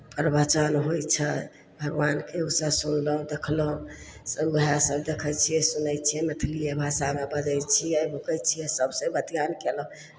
प्रवचन होइ छै भगवानके ओसभ सुनलहुँ देखलहुँ सभ उएहसभ देखै छियै सुनै छियै मैथिलिए भाषामे बजै छियै भुकै छियै सभसँ बतियान कयलहुँ